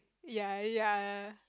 ya ya